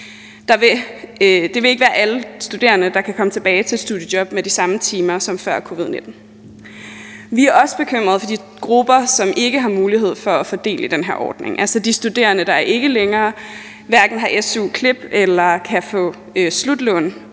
Det vil ikke være alle studerende, der kan komme tilbage til et studiejob med de samme timer som før covid-19. Vi er også bekymrede for de grupper, som ikke har mulighed for at få del i den her ordning, altså de studerende, som hverken har su-klip længere eller kan få slutlån,